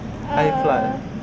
high fly